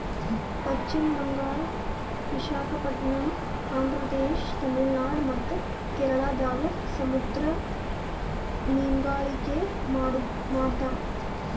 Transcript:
ಪಶ್ಚಿಮ್ ಬಂಗಾಳ್, ವಿಶಾಖಪಟ್ಟಣಮ್, ಆಂಧ್ರ ಪ್ರದೇಶ, ತಮಿಳುನಾಡ್ ಮತ್ತ್ ಕೇರಳದಾಗ್ ಸಮುದ್ರ ಮೀನ್ಗಾರಿಕೆ ಮಾಡ್ತಾರ